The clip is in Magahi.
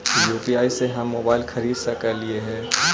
यु.पी.आई से हम मोबाईल खरिद सकलिऐ है